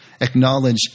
acknowledge